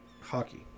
hockey